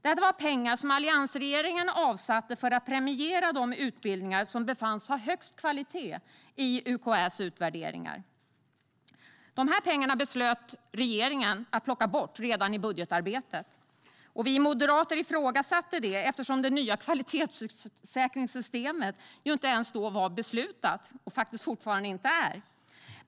Det var pengar som alliansregeringen avsatte för att premiera de utbildningar som befanns ha högst kvalitet i UKÄ:s utvärderingar. Dessa pengar beslöt regeringen att ta bort redan i budgetarbetet. Vi moderater ifrågasatte det eftersom det nya kvalitetssäkringssystemet inte var, och faktiskt fortfarande inte är, beslutat.